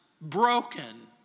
broken